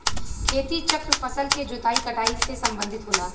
खेती चक्र फसल के जोताई कटाई से सम्बंधित होला